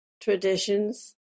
traditions